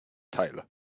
teile